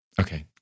Okay